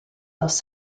lost